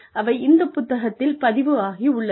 அவை இந்த புத்தகத்தில் பதிவு ஆகி உள்ளது